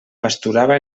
pasturava